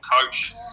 coach